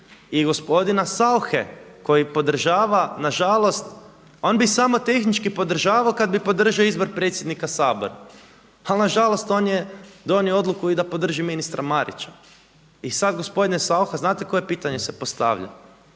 I gospodina Sauche koji podržava na žalost, on bi samo tehnički podržavao kad bi podržao izbor predsjednika Sabora. Ali na žalost on je donio odluku i da podrži ministra Marića. I sad gospodine Saucha, znate koje pitanje se postavlja?